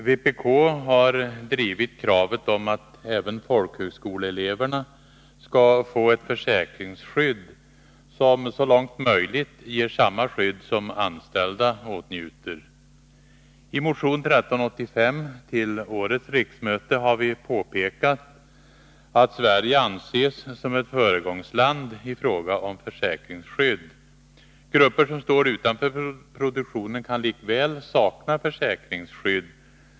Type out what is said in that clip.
Herr talman! Vpk har drivit kravet på att även folkhögskoleeleverna skall få ett försäkringsskydd, som så långt möjligt ger samma skydd som anställda åtnjuter. I motion 1385 till detta riksmöte har vi påpekat att Sverige anses som ett föregångsland i fråga om försäkringsskydd. Grupper som står utanför produktionen kan likväl sakna försäkringsskydd.